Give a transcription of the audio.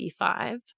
B5